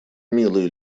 милый